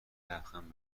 لبخند